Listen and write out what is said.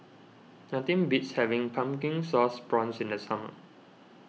nothing beats having Pumpkin Sauce Prawns in the summer